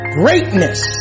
greatness